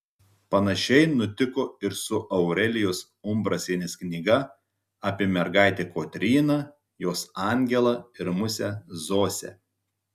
panašiai nutiko ir su aurelijos umbrasienės knyga apie mergaitę kotryną jos angelą ir musę zosę